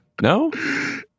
No